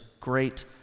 great